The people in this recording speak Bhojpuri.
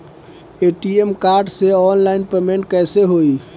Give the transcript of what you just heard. ए.टी.एम कार्ड से ऑनलाइन पेमेंट कैसे होई?